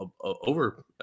over